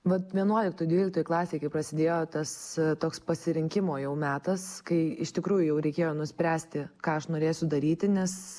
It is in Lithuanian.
vat vienuoliktoj dvyliktoj klasėj kai prasidėjo tas toks pasirinkimo jau metas kai iš tikrųjų jau reikėjo nuspręsti ką aš norėsiu daryti nes